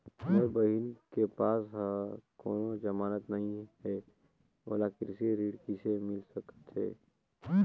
मोर बहिन के पास ह कोनो जमानत नहीं हे, ओला कृषि ऋण किसे मिल सकत हे?